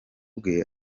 bwe